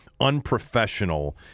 unprofessional